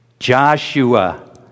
Joshua